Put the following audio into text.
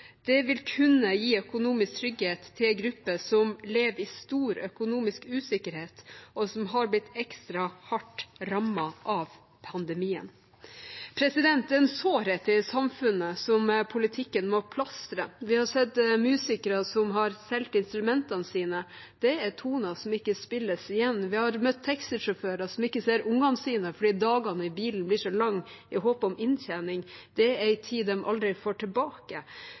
Det vil kunne gi økonomisk trygghet til en gruppe som lever i stor økonomisk usikkerhet, og som har blitt ekstra hardt rammet av pandemien. Det er en sårhet i samfunnet som politikken må plastre. Vi har sett musikere som har solgt instrumentene sine. Det er toner som ikke spilles igjen. Vi har møtt taxisjåfører som ikke ser ungene sine fordi dagene i bilen blir så lange i håp om inntjening. Det er en tid de aldri får tilbake.